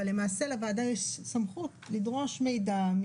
אבל למעשה לוועדה יש סמכות לדרוש מידע,